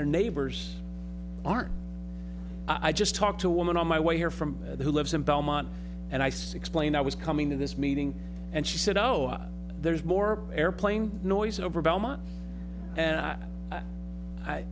their neighbors aren't i just talked to a woman on my way here from who lives in belmont and i six plane i was coming to this meeting and she said i know there's more airplane noise over belmont and i